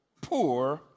Poor